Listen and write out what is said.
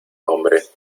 hombre